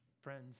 Friends